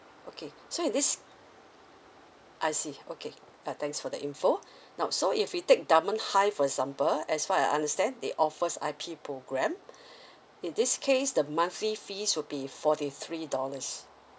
okay so in this I see okay uh thanks for the info now so if we take dunman high for example as far as I understand they offers I_P programme in this case the monthly fees will be forty three dollars